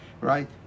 right